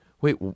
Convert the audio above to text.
wait